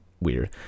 weird